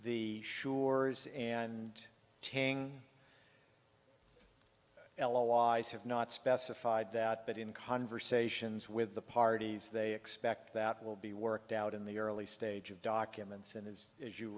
the sures and tang l allies have not specified that but in conversations with the parties they expect that will be worked out in the early stage of documents and is as you